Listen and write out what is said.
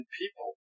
people